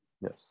Yes